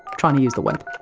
trying to use the web.